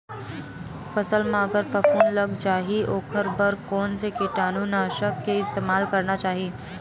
फसल म अगर फफूंद लग जा ही ओखर बर कोन से कीटानु नाशक के इस्तेमाल करना चाहि?